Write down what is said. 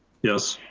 yes.